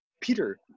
Peter